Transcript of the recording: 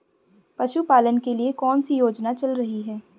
पशुपालन के लिए कौन सी योजना चल रही है?